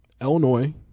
Illinois